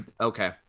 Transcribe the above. okay